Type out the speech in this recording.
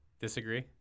Disagree